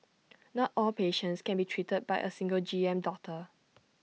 not all patients can be treated by A single G M doctor